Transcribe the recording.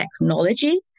technology